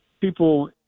people